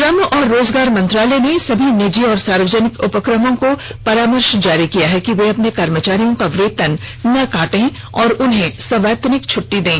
श्रम और रोजगार मंत्रालय ने सभी निजी और सार्वजनिक उपक्रमों को परामर्श जारी किया है कि वे अपने कर्मचारियों का वेतन न काटें और उन्हें सवैतनिक छुट्टी दें